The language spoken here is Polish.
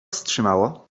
wstrzymało